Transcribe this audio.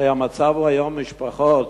הרי המצב היום הוא שיש משפחות